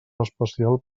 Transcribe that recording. especial